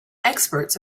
experts